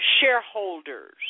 shareholders